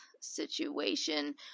situation